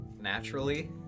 naturally